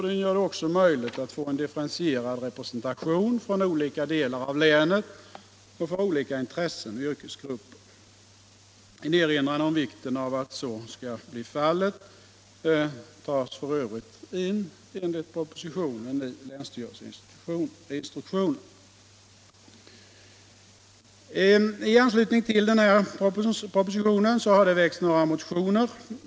Den gör det vidare möjligt att få en differentierad representation från olika delar av länet och från olika intressen och yrkesgrupper. En erinran om att så skall bli fallet tas för övrigt enligt pro positionen in i länsstyrelseinstruktionen. Nr 36 I anslutning till propositionen har det väckts några motioner.